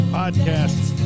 podcasts